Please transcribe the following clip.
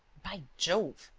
by jove!